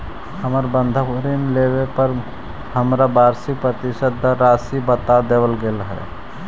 हमर बंधक ऋण लेवे पर हमरा वार्षिक प्रतिशत दर राशी बता देवल गेल हल